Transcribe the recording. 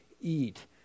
eat